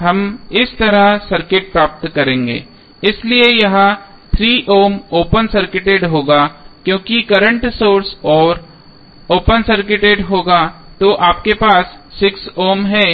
हम इस तरह सर्किट प्राप्त करेंगे इसलिए यह 3 ओम ओपन सर्किटेड होगा क्योंकि करंट सोर्स ओपन सर्किटेड होगा तो आपके पास 6 ओम है